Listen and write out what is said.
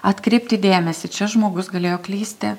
atkreipti dėmesį čia žmogus galėjo klysti